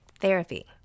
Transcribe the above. Therapy